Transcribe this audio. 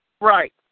Right